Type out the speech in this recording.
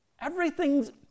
Everything's